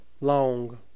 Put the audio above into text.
long